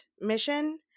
mission